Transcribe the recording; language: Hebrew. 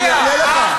אני אענה לך.